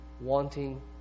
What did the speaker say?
wanting